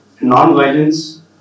non-violence